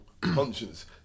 conscience